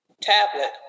tablet